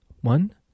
one